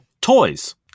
toys